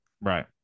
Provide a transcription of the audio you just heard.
Right